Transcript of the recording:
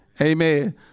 Amen